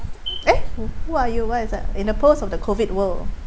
eh who are you why is that in a post of the COVID world